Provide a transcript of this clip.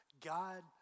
God